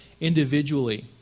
individually